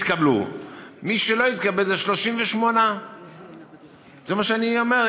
לא התקבלו 38. זה מה שאני אומר,